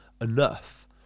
enough